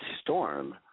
Storm